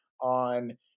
on